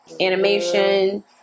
animation